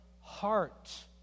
heart